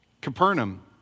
Capernaum